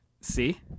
See